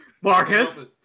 Marcus